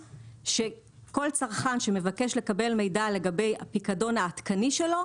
שכל צרכן שמבקש לקבל מידע לגבי הפיקדון העדכני שלו,